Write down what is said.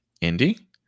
Indy